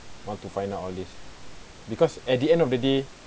want to find out all these because at the end of the day